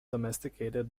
domesticated